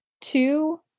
two